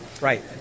Right